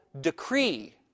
decree